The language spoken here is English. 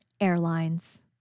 Airlines